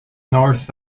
north